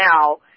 now